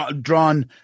drawn